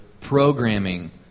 programming